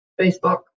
Facebook